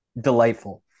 delightful